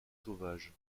sauvage